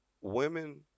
women